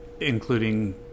including